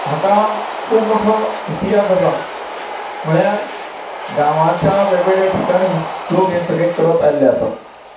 हाका खूब मोठो इतिहास आसा म्हळ्यार गांवाच्या वेगवेगळ्या ठिकाणी लोक हें सगलें करत आयल्ले आसात